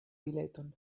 bileton